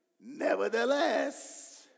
Nevertheless